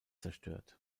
zerstört